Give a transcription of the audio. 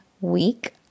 week